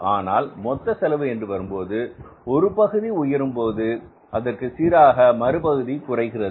ஆனால் மொத்த செலவு என்று வரும்போது ஒரு பகுதி உயரும்போது அதற்கு சீராக மறுபகுதி குறைகிறது